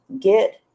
get